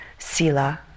sila